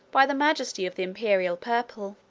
by the majesty of the imperial purple.